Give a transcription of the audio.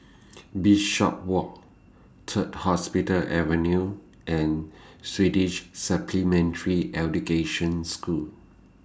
Bishopswalk Third Hospital Avenue and Swedish Supplementary Education School